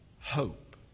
hope